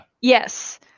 Yes